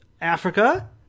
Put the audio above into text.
Africa